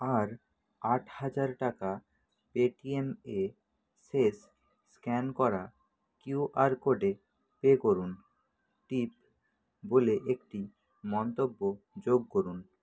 আর আট হাজার টাকা পেটিএম এ শেষ স্ক্যান করা কিউআর কোডে পে করুন টিপ বলে একটি মন্তব্য যোগ করুন